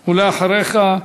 אחריך,